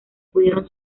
pudieron